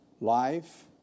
life